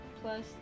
plus